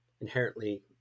inherently